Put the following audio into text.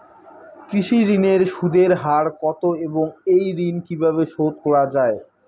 কৃষি ঋণের সুদের হার কত এবং এই ঋণ কীভাবে শোধ করা য়ায়?